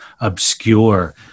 obscure